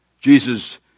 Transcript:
Jesus